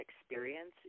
experience